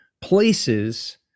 places